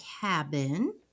cabin